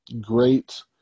great